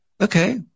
Okay